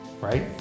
right